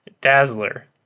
Dazzler